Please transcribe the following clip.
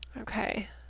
Okay